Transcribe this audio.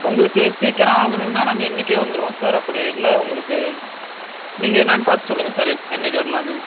உங்களுக்கு சீக்கிரம் ஆகணும்னா நாங்கள் இன்றைக்கே வந்துருவோம் சார் அப்படி இல்லை உங்களுக்கு நீங்கள் என்னான்னு பார்த்து சொல்லுங்கள் சார் எத் என்னக்கு வரலானு